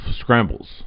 scrambles